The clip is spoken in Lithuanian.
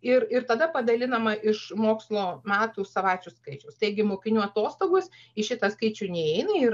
ir ir tada padalinama iš mokslo metų savaičių skaičiaus taigi mokinių atostogos į šitą skaičių neįeina ir